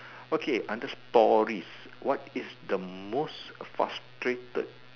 okay under stories what is the most frustrated